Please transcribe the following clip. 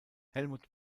helmut